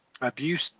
Abuse